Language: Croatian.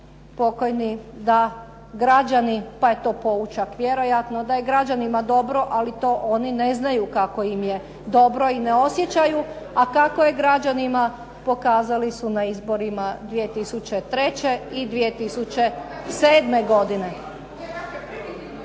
da je građanima dobro, ali to oni ne znaju kako im je dobro i ne osjećaju. A kako je građanima pokazali su na izborima 2003. i 2007. godine.